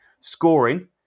Scoring